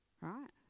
right